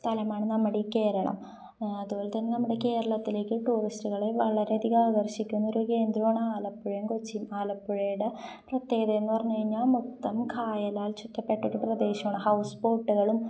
സ്ഥലമാണ് നമ്മുടെ ഈ കേരളം അതുപോലെ തന്നെ നമ്മുടെ കേരളത്തിലേക്ക് ടൂറിസ്റ്റുകളെ വളരെയധികം ആകർഷിക്കുന്ന ഒരു കേന്ദ്രമാണ് ആലപ്പുഴയും കൊച്ചി ആലപ്പുഴയുടെ പ്രത്യേകത എന്നു പറഞ്ഞു കഴിഞ്ഞാൽ മൊത്തം കായലാൽ ചുറ്റപ്പെട്ട പ്രദേശമാണ് ഹൗസ് ബോട്ടുകളും